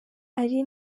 ari